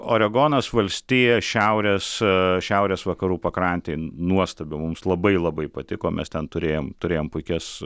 oregonas valstija šiaurės šiaurės vakarų pakrantėje nuostabi mums labai labai patiko mes ten turėjom turėjom puikias